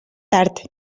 tard